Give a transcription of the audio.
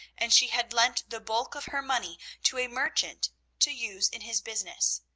and she had lent the bulk of her money to a merchant to use in his business,